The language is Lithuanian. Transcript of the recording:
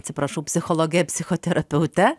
atsiprašau psichologe psichoterapeute